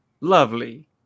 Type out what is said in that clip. lovely